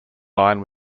line